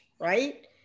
right